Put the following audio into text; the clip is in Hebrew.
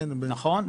נכון.